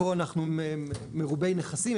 פה אנחנו מרובי נכסים,